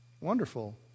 Wonderful